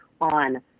on